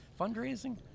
fundraising